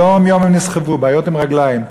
יום-יום הם נסחבו, בעיות עם הרגליים.